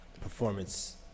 performance